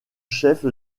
chef